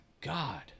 God